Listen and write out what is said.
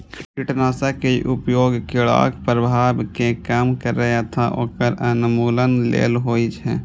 कीटनाशक के उपयोग कीड़ाक प्रभाव कें कम करै अथवा ओकर उन्मूलन लेल होइ छै